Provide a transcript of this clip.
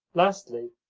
lastly,